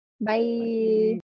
bye